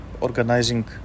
organizing